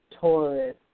Taurus